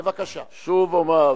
בבקשה,